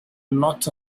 lots